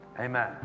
Amen